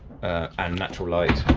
um natural light